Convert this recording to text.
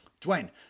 Dwayne